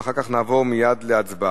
ואחר כך נעבור מייד להצבעה.